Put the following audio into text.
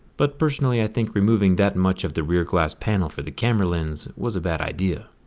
but personally, i think removing that much of the rear glass panel for the camera lens was a bad idea.